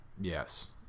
Yes